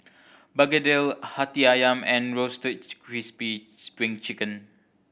begedil Hati Ayam and Roasted Crispy Spring Chicken